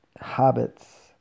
habits